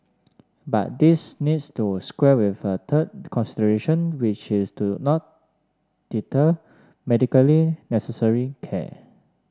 but this needs to square with a third consideration which is to not deter medically necessary care